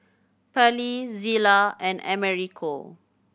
Pallie Zela and Americo